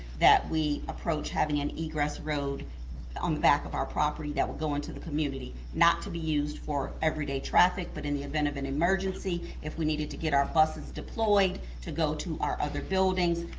that we approach having an egress road on the back of our property that would go into the community not to be used for everyday traffic, but in the event of an emergency, if we needed to get our buses deployed to go to our other buildings,